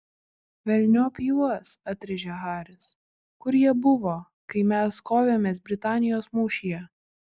velniop juos atrėžė haris kur jie buvo kai mes kovėmės britanijos mūšyje